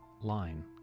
line